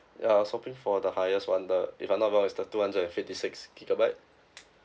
ya I was hoping for the highest [one] the if I'm not wrong is the two hundred and fifty six gigabyte